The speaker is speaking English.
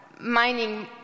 mining